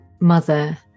mother